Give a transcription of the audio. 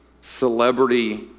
celebrity